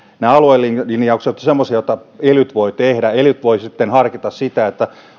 nämä aluelinjaukset ovat semmoisia joita elyt voivat tehdä elyt voivat harkita sitä